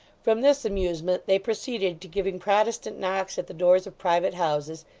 from this amusement, they proceeded to giving protestant knocks at the doors of private houses,